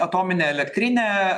atominė elektrinė